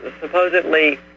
supposedly